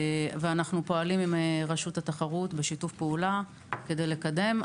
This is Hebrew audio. אנחנו פועלים עם רשות התחרות בשיתוף פעולה כדי לקדם,